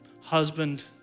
husband